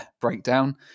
breakdown